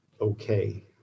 okay